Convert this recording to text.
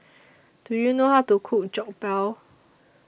Do YOU know How to Cook Jokbal